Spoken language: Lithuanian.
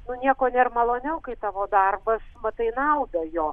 nu nieko nėr maloniau kai tavo darbas matai naudą jo